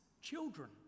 children